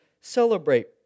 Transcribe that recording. celebrate